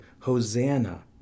Hosanna